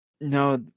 No